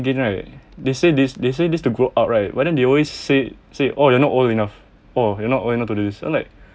right they say this they say this to grow up right but then they always say say oh you're not old enough oh you're not old enough to do this I'm like